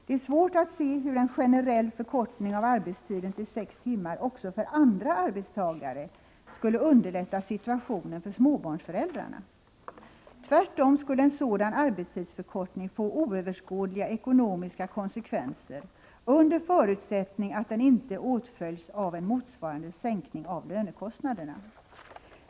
Det är svårt att se hur en generell förkortning av arbetstiden till sex timmar också för andra arbetstagare skulle underlätta situationen för småbarnsföräldrarna. Tvärtom skulle en sådan arbetstidsförkortning få oöverskådliga ekonomiska konsekvenser, under förutsättning att den inte åtföljdes av en motsvarande sänkning av lönekostnaderna.